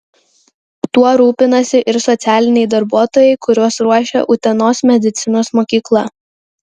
tuo rūpinasi ir socialiniai darbuotojai kuriuos ruošia utenos medicinos mokykla